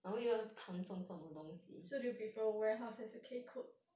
so do you prefer warehouse 还是 K cook